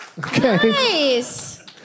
Nice